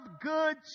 good